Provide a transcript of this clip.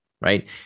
right